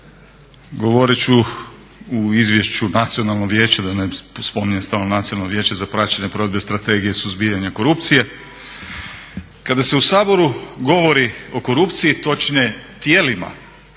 govorit ću u izvješću Nacionalno vijeće, da ne spominjem stalno Nacionalno vijeća za praćenje provedbe strategije suzbijanja korupcije. Kada se u Saboru govori o korupcije točnije tijelima,